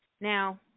now